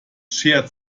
schert